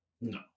No